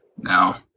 Now